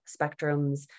spectrums